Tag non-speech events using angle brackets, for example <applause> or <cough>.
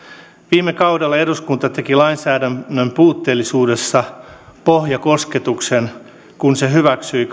viime kaudella eduskunta teki lainsäädännön puutteellisuudessa pohjakosketuksen kun se hyväksyi <unintelligible>